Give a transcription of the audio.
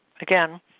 Again